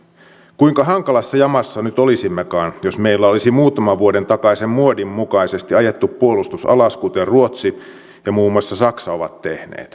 kuinka hankalassa jamassa nyt olisimmekaan jos meillä olisi muutaman vuoden takaisen muodin mukaisesti ajettu puolustus alas kuten ruotsi ja muun muassa saksa ovat tehneet